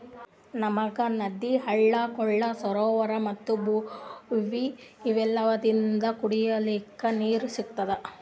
ನಮ್ಗ್ ನದಿ ಹಳ್ಳ ಕೊಳ್ಳ ಸರೋವರಾ ಮತ್ತ್ ಭಾವಿ ಇವೆಲ್ಲದ್ರಿಂದ್ ಕುಡಿಲಿಕ್ಕ್ ನೀರ್ ಸಿಗ್ತದ